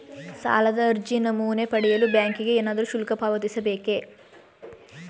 ಸಾಲದ ಅರ್ಜಿ ನಮೂನೆ ಪಡೆಯಲು ಬ್ಯಾಂಕಿಗೆ ಏನಾದರೂ ಶುಲ್ಕ ಪಾವತಿಸಬೇಕೇ?